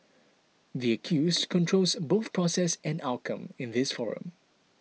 the accused controls both process and outcome in this forum